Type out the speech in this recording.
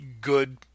good